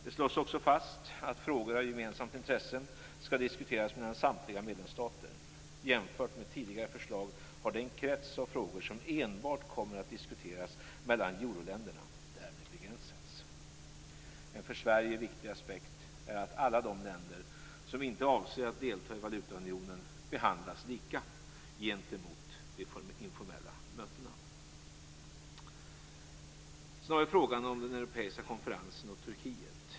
Det slås också fast att frågor av gemensamt intresse skall diskuteras mellan samtliga medlemsstater. Jämfört med tidigare förslag har den krets av frågor som enbart kommer att diskuteras mellan euroländerna därmed begränsats. En för Sverige viktig aspekt är att alla de länder som inte avser att delta i valutaunionen behandlas lika gentemot de informella mötena. Så har vi frågan om den europeiska konferensen och Turkiet.